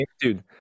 dude